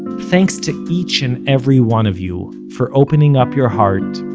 thanks to each and every one of you for opening up your heart,